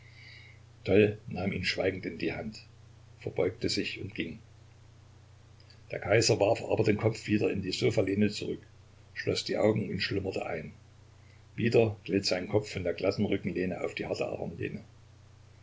nahm ihn schweigend in die hand verbeugte sich und ging der kaiser warf aber den kopf wieder in die sofalehne zurück schloß die augen und schlummerte ein wieder glitt sein kopf von der glatten rückenlehne auf die harte